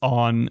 on